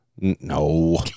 No